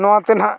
ᱱᱚᱣᱟᱛᱮ ᱱᱟᱦᱟᱜ